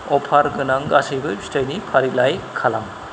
अफार गोनां गासैबो फिथाइनि फारिलाइ खालाम